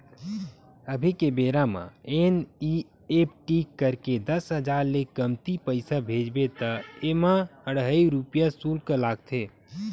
अभी के बेरा म एन.इ.एफ.टी करके दस हजार ले कमती पइसा भेजबे त एमा अढ़हइ रूपिया सुल्क लागथे